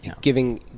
giving